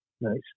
nice